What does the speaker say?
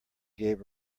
gave